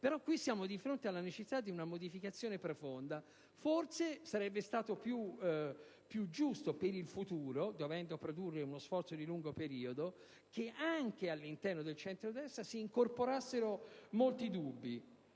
però qui siamo di fronte alla necessità di una modificazione profonda. Forse sarebbe stato più giusto per il futuro, dovendo produrre uno sforzo di lungo periodo, che anche all'interno del centrodestra si incorporassero molti dubbi.